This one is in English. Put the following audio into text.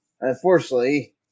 unfortunately